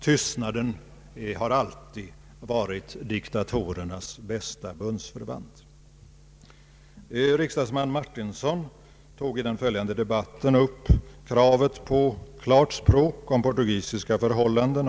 Tystnaden har alltid varit diktatorernas bästa bundsförvant. Riksdagsman Bo Martinsson tog i den följande debatten upp kravet på klart språk om portugisiska förhållanden.